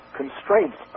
constraints